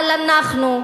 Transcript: אבל אנחנו,